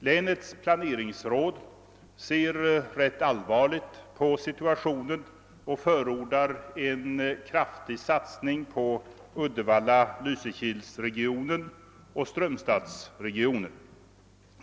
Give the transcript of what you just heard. Länets planeringsråd ser rätt allvarligt på situationen och förordar en kraftig satsning på Uddevalla—Lysekilsregionen och Strömstadsregionen.